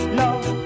love